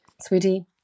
sweetie